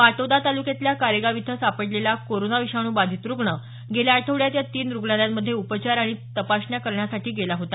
पाटोदा तालुक्यातल्या कारेगाव इथं सापडलेला कोरोना विषाणू बाधित रुग्ण गेल्या आठवड्यात या तीन रुग्णालयामंध्ये उपचार आणि तपासण्या करण्यासाठी गेला होता